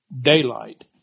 daylight